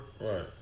Right